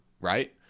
right